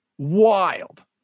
Wild